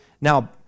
Now